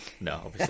No